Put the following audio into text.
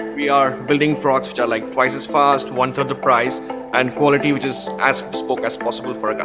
we are building frauds which are like twice as fast wanted the price and quality which is as spoke as possible for like ah